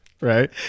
Right